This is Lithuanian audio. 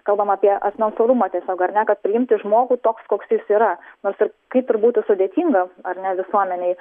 kalbam apie asmens orumą tiesiog ar ne kad priimti žmogų toks koks jis yra nors ir kaip ir būtų sudėtinga ar ne visuomenei